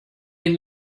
ihn